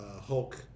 Hulk